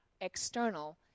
external